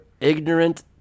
ignorant